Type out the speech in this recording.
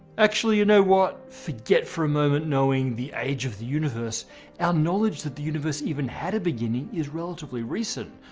actually, you know what? forget for a moment knowing the age of the universe our knowledge that the universe even had a beginning is relatively recent.